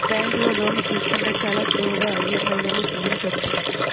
బ్యేంకులో లోన్లు తీసుకుంటే చాలా సులువుగా ఈఎంఐలను చెల్లించొచ్చు